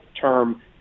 term